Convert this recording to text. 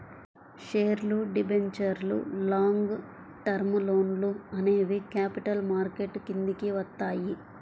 షేర్లు, డిబెంచర్లు, long term లోన్లు అనేవి క్యాపిటల్ మార్కెట్ కిందికి వత్తయ్యి